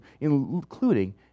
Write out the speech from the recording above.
including